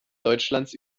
deutschlands